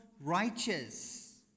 righteous